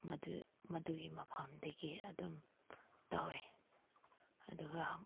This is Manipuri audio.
ꯃꯗꯨ ꯃꯗꯨꯒꯤ ꯃꯐꯝꯗꯒꯤ ꯑꯗꯨꯝ ꯇꯧꯋꯦ ꯑꯗꯨꯒ